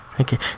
Okay